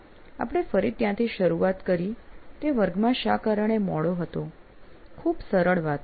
આપણે ફરી ત્યાંથી શરૂઆત કરી કે તે વર્ગમાં શા કારણે મોડો હતો ખૂબ સરળ વાત